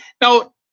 now